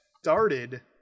Started